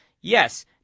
Yes